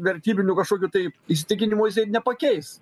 vertybinių kažkokių tai įsitikinimų nepakeis